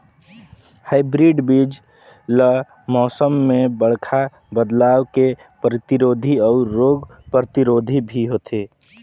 hybrid बीज ल मौसम में बड़खा बदलाव के प्रतिरोधी अऊ रोग प्रतिरोधी भी होथे